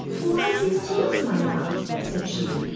why these tears, my love? said she.